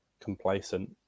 complacent